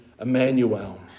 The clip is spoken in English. Emmanuel